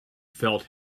felt